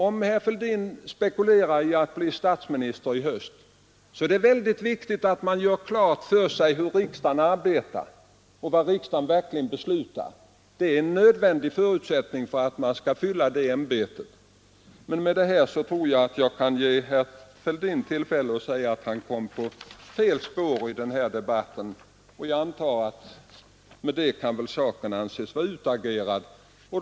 Om herr Fälldin spekulerar i att bli statsminister i höst är det mycket viktigt att han gör klart för sig hur riksdagen arbetar och vad riksdagen beslutar. Det är en nödvändig förutsättning för att fylla det ämbetet. Med det jag nu anfört kan jag ge herr Fälldin tillfälle att säga att han kom in på fel spår i den här debatten, och jag antar att saken kan anses vara utagerad därmed.